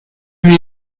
lui